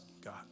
God